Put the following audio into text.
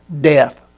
death